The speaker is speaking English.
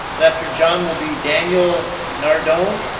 but after john will be daniel nardone.